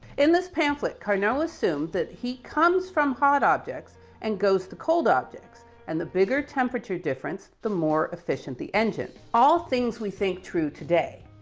in this pamphlet, carnot assumed that he comes from hot objects and goes to cold objects and the bigger temperature difference, the more efficient the engine. all things we think true today.